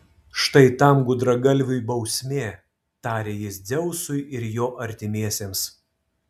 štai tam gudragalviui bausmė tarė jis dzeusui ir jo artimiesiems